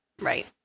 right